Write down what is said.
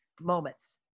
moments